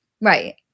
Right